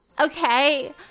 Okay